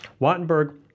Wattenberg